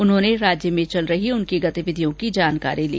उन्होंने राज्य में चल रही उनकी गतिविधियों की जानकारी ली